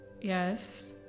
Yes